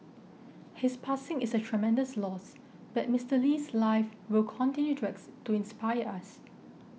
his passing is a tremendous loss but Mister Lee's life will continue to ex to inspire us